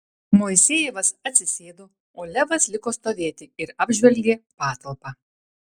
moisejevas atsisėdo o levas liko stovėti ir apžvelgė patalpą